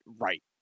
right